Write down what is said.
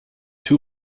two